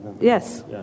Yes